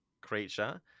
creature